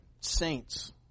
saints